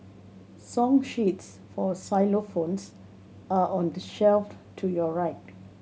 song sheets for xylophones are on the shelf to your right